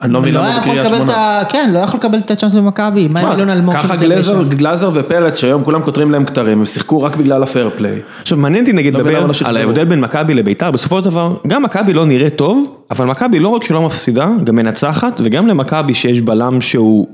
אני לא מבין למה בקריית שמונה. כן, הוא לא היה יכול לקבל את הצ׳אנס במכבי? מה, ככה גלזר ופרץ שהיום כולם כותרים להם כתרים, הם שיחקו רק בגלל הפיירפלי. עכשיו מעניין אותי נגיד לדבר על ההבדל בין מכבי לבית״ר, בסופו של דבר, גם מכבי לא נראה טוב, אבל מכבי לא רק שלא מפסידה, היא גם מנצחת, וגם למכבי שיש בלם שהוא...